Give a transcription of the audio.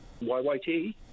YYT